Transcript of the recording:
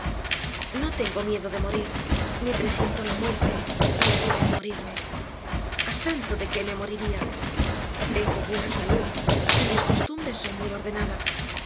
no tengo miedo de morir ni presiento la muerte ni espero morirme a santo de qué me moriría tengo buena salud y mis costumbres son muy ordenadas